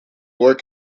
war